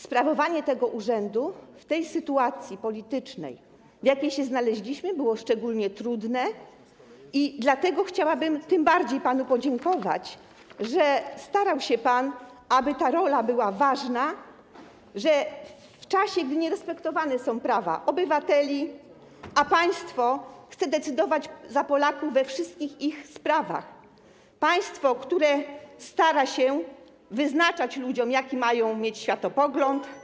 Sprawowanie tego urzędu w tej sytuacji politycznej, w jakiej się znaleźliśmy, było szczególnie trudne i dlatego chciałabym tym bardziej panu podziękować, że starał się pan, aby ta rola była ważna w czasie, gdy nierespektowane są prawa obywateli, a państwo chce decydować za Polaków we wszystkich ich sprawach, stara się wyznaczać ludziom, jaki mają mieć światopogląd.